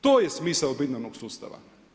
To je smisao binarnog sustava.